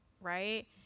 right